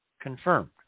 confirmed